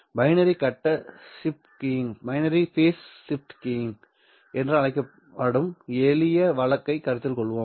binary கட்ட shift keying என்று அழைக்கப்படும் எளிய வழக்கைக் கருத்தில் கொள்வோம்